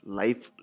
life